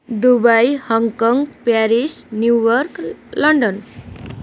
Dubai Hong Kong Paris New York London